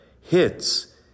hits